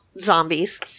zombies